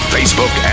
Facebook